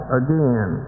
again